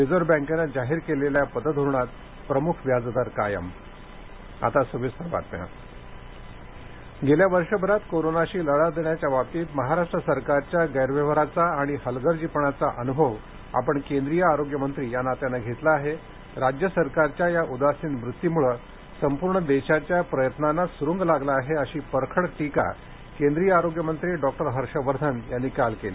reserve बॅंकेनं जाहीर केलेल्या पतधोरणात प्रमुख व्याज दर कायम डॉ हर्ष वर्धन मंबई गेल्या वर्षभरात कोरोनाशी लढा देण्याच्या बाबतीत महाराष्ट्र सरकारच्या गैरव्यवहाराचा आणि हलगर्जीपणाचा अनुभव आपण केंद्रीय आरोग्य मंत्री या नात्यानं घेतला आहे राज्य सरकारच्या या उदासीन वृत्तीमुळे संपूर्ण देशाच्या प्रयत्नांनाचं सुरुंग लावला आहे अशी परखड टीका केंद्रीय आरोग्य मंत्री डॉक्टर हर्ष वर्धन यांनी काल केली